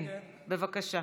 כן, בבקשה,